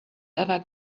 ever